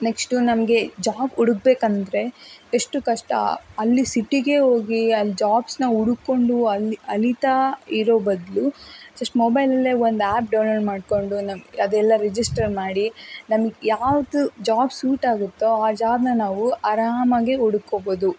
next ನಮಗೆ job ಹುಡುಕ್ಬೇಕಂದ್ರೆ ಎಷ್ಟು ಕಷ್ಟ ಅಲ್ಲಿ ಸಿಟಿಗೆ ಹೋಗಿ ಅಲ್ಲಿ ಜಾಬ್ಸನ್ನ ಹುಡ್ಕೊಂಡು ಅಲ್ಲಿ ಅಲೀತಾ ಇರೋ ಬದಲು ಜಸ್ಟ್ ಮೊಬೈಲಲ್ಲೆ ಒಂದು ಆ್ಯಪ್ ಡೌನ್ಲೋಡ್ ಮಾಡಿಕೊಂಡು ನಮ್ದು ಅದೆಲ್ಲ ರಿಜಿಸ್ಟರ್ ಮಾಡಿ ನಮ್ಗೆ ಯಾವುದು ಜಾಬ್ ಸೂಟ್ ಆಗುತ್ತೋ ಆ ಜಾಬನ್ನ ನಾವು ಆರಾಮಾಗಿ ಹುಡುಕ್ಕೋಬೋದು